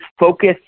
focus